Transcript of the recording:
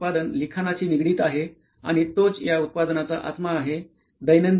हे उत्पादन लिखाणाशी निगडित आहे आणि तोच या उत्पादनाचा आत्मा आहे